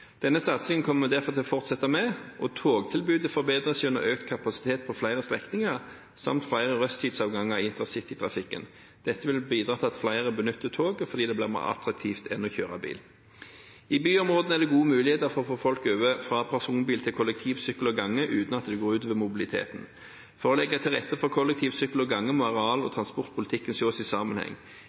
Denne satsingen kommer vi derfor til å fortsette med, og togtilbudet forbedres gjennom økt kapasitet på flere strekninger samt flere rushtidsavganger i intercitytrafikken. Dette vil bidra til at flere benytter tog, fordi det blir mer attraktivt enn å kjøre bil. I byområdene er det gode muligheter for å få folk over fra personbil til kollektiv, sykkel og gange uten at det går ut over mobiliteten. For å legge til rette for kollektiv, sykkel og gange må areal- og transportpolitikken ses i sammenheng.